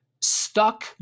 stuck